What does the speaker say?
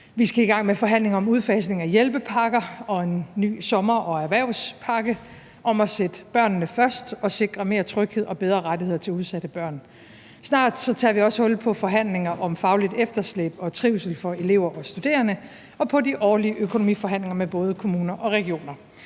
vi skal i gang med forhandlinger om en udfasning af hjælpepakker og om en ny sommer- og erhvervspakke, om at sætte børnene først og sikre mere tryghed og bedre rettigheder til udsatte børn, og snart tager vi også hul på forhandlinger om fagligt efterslæb og trivsel for elever og studerende og på de årlige økonomiforhandlinger med både kommuner og regioner.